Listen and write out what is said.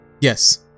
Yes